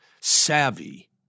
savvy